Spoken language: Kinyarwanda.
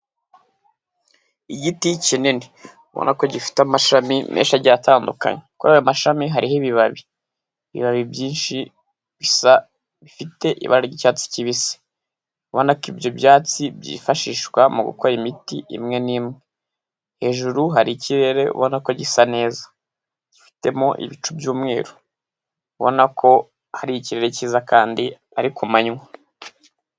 Igiti ki nini ubona ko gifite amashami menshi agiye atandukanye kuri ayo mashami hariho ibibabi, ibibabi byinshi bifite ibara ry'icyatsi kibisi ubona ko ibyo byatsi byifashishwa mu gukora imiti imwe n'imwe hejuru hari ikirere ubona ko gisa neza gifitemo ibicu by'umweru ubona ko hari ikirere cyiza kandi ari ku manywa.